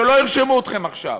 שלא ירשמו אתכם עכשיו.